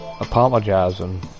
apologizing